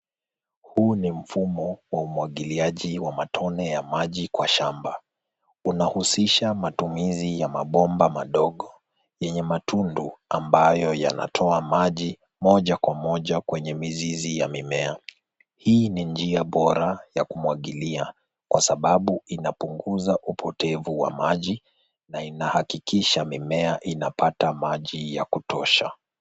Huu ni mfumo wa umwagiliaji wa matone ya maji kwa shamba. Unahusisha matumizi ya mabomba madogo yenye matundu ambayo yanatoa maji moja kwa moja kwenye mizizi ya mimea. Hii ni njia bora ya kumwangilia, kwa sababu inapunguza upotevu wa maji na inahakikisha mimea inapata maji ya kutosha.